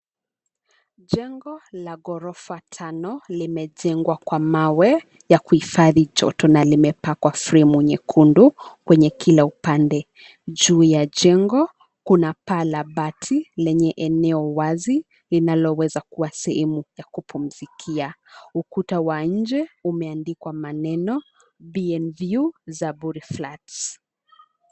Jengo la ghorofa tano limejengwa kwa mawe ya kuhifadhi joto na limepakwa fremu nyekundu kwenye kila upande. Juu ya jengo kuna paa la bati, lenye eneo wazi ambayo linaloweza kuwa sehemu ya kupumzikia. Ukuta wa nje umeandikwa maneno Bee N View Zaburi flats.